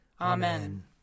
Amen